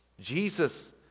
Jesus